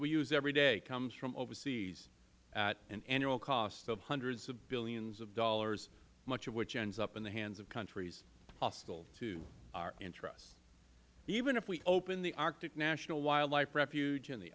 we use every day comes from overseas at an annual cost of hundreds of billions of dollars much of which ends up in the hands of countries hostile to our interests even if we open the arctic national wildlife refuge and the